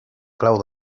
clau